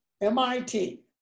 MIT